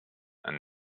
and